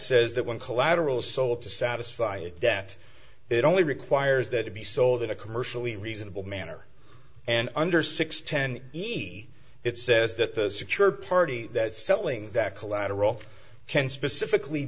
says that when collateral sold to satisfy a debt it only requires that it be sold in a commercially reasonable manner and under six ten easy it says that the secured party that selling that collateral can specifically